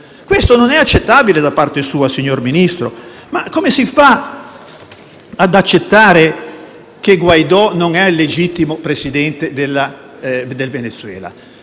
Questo non è accettabile, signor Ministro. Come si fa ad accettare che Guaidó non è il legittimo Presidente del Venezuela?